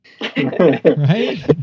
right